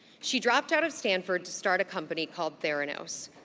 she dropped out of stanford to start a company called theranos.